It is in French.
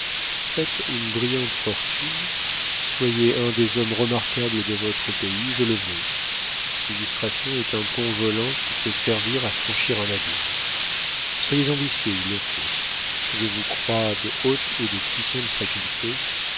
faites une brillante fortune soyez un des hommes remarquables de votre pays je le veux l'illustration est un pont volant qui peut servir à franchir un abîme soyez ambitieux il le faut je vous crois de hautes et de puissantes facultés